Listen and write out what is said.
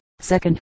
second